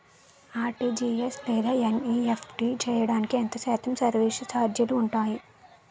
RTGS లేదా NEFT చేయడానికి ఎంత శాతం సర్విస్ ఛార్జీలు ఉంటాయి?